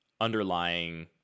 underlying